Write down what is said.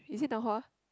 is it Nan-Hua